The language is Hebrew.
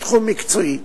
בתחום מקצועי.